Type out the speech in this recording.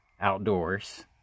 outdoors